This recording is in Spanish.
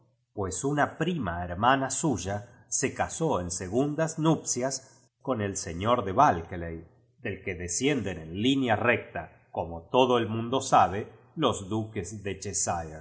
magazine una prima hermano suya se fas en segundas nupcias con el señor de rulkeiev del que descienden en línea recta como todo el mun do sabe jos duques de